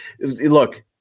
Look